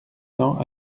cents